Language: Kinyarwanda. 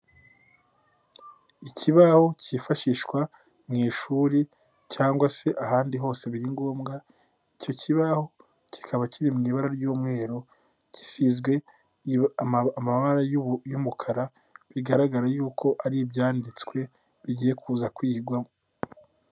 Ikibaho cyifashishwa mu ishuri cyangwa se ahandi hose biri ngombwa, icyo kibaho kikaba kiri mu ibara ry'umweru, gisizwe amabara y'umukara, bigaragara yuko ari ibyanditswe, bigiye kuza kwigwamo.